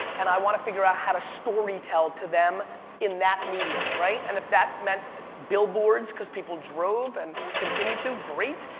and i wanna figure out how to story tell to them in that medium, and if that meant billboards, cause people drove and continue to, great.